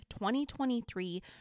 2023